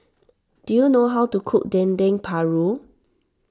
do you know how to cook Dendeng Paru